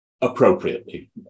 appropriately